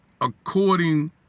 according